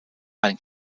ein